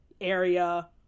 area